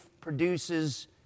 produces